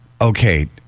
Okay